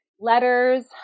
letters